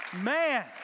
Man